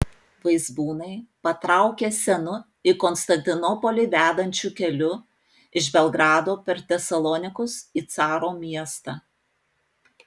vaizbūnai patraukė senu į konstantinopolį vedančiu keliu iš belgrado per tesalonikus į caro miestą